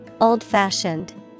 Old-fashioned